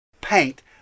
paint